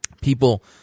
People